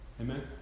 Amen